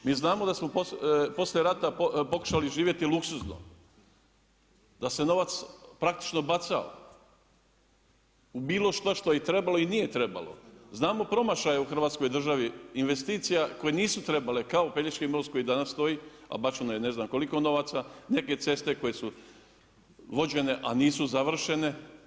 Mi znamo da smo poslije rata pokušali živjeti luksuzno, da se novac praktično bacao u bilo što šta je trebalo i nije trebalo, znamo promašaja u Hrvatskoj državi investicija koje nisu trebale kao Pelješki most koji danas stoji, a bačeno je ne znam koliko novaca, neke ceste koje su vođene, a nisu završene.